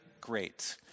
great